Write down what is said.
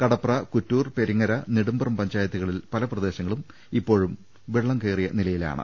കടപ്ര കുറ്റൂർ പെരിങ്ങര നെടുമ്പ്രം പഞ്ചാ യത്തുകളിൽ പല പ്രദേശങ്ങളും ഇപ്പോഴും വെള്ളം കയ റിയ നിലയിലാണ്